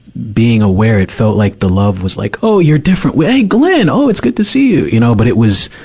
being aware, it felt like the love was like, oh, you're different. hey, glenn! oh, it's good to see you. you know, but it was,